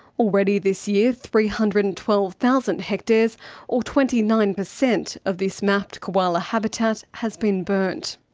already this year, three hundred and twelve thousand hectares or twenty nine percent of this mapped koala habitat has been burnt.